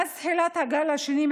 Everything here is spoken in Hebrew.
מאז תחילת הגל השני,